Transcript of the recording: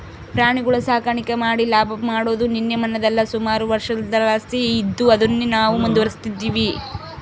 ಪ್ರಾಣಿಗುಳ ಸಾಕಾಣಿಕೆ ಮಾಡಿ ಲಾಭ ಮಾಡಾದು ನಿನ್ನೆ ಮನ್ನೆದಲ್ಲ, ಸುಮಾರು ವರ್ಷುದ್ಲಾಸಿ ಇದ್ದು ಅದುನ್ನೇ ನಾವು ಮುಂದುವರಿಸ್ತದಿವಿ